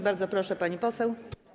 Bardzo proszę, pani poseł.